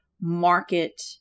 market